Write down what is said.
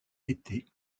était